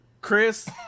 Chris